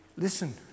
Listen